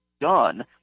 done